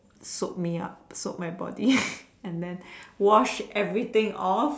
soap me up soap my body and then wash everything off